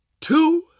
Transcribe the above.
two